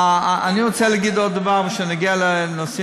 אני רוצה להגיד עוד דבר שנוגע לנושאים,